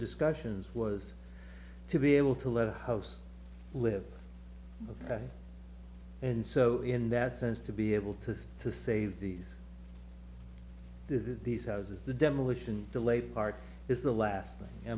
discussions was to be able to let the house live ok and so in that sense to be able to to say these do these houses the demolition delayed part is the last thing i